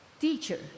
Teacher